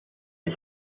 ich